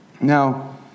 Now